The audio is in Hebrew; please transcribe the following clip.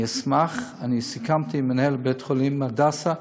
אשמח, סיכמתי עם מנהל בית-חולים הדסה,